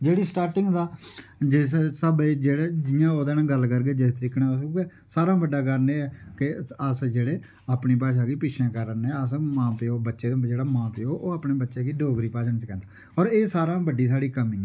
जेहड़ी स्टार्टिंग दा जिस स्हाबे दी जेहड़ी जियां ओहदे कन्नै गल्ल करगे जिस तरीके कन्नै उऐ सारें कोला बड्डा कारण इये के अस जेहडे़ अपनी भाशा गी पिच्छे करा करने अस मां प्यो बच्चे दे मां प्यो जेहड़ा मां प्यो ओह् अपने बच्चे गी डोगरी भाशा नेई सिखांदा पर एह् सारा कोला बड्डी साढ़ी कमी ऐ